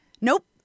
Nope